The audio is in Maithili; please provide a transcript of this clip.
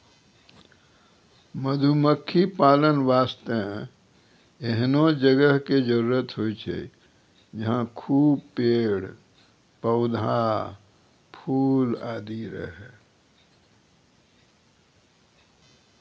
मधुमक्खी पालन वास्तॅ एहनो जगह के जरूरत होय छै जहाँ खूब पेड़, पौधा, फूल आदि रहै